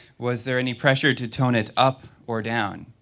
was there any pressure to tone it up or down?